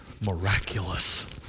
miraculous